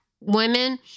Women